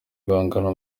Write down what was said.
guhangana